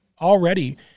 already